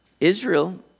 Israel